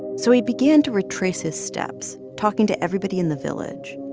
so he began to retrace his steps, talking to everybody in the village.